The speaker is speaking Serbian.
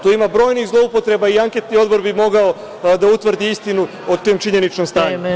Tu ima brojnih zloupotreba i anketni odbor bi mogao da utvrdi istinu o tom činjeničnom stanju.